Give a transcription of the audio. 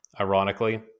Ironically